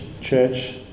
church